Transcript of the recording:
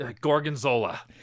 Gorgonzola